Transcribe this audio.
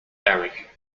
eric